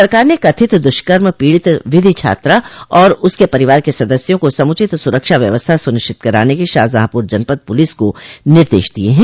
सरकार ने कथित दुष्कर्म पीड़ित विधि छात्रा और उसके परिवार के सदस्यों को समुचित सुरक्षा व्यवस्था सुनिश्चित कराने के शाहजहांपुर जनपद पुलिस को निर्देश दिये हैं